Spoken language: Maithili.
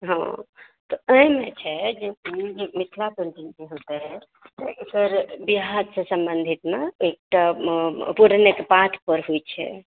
हँ तऽ एहिमे छै जे मिथिला पेन्टिङ्ग जे हेतै तऽ एकर बिआहसँ सम्बंधितमे एकटा पुरैनक पात पर होइत छै